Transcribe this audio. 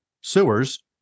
sewers